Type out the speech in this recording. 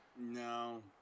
No